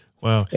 Wow